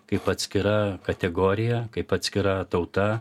kaip atskira kategorija kaip atskira tauta